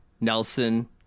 Nelson